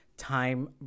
time